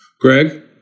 Greg